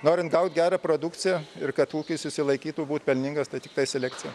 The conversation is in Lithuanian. norint gaut gerą produkciją ir kad ūkis išsilaikytų būt pelningas tai tiktai selekcija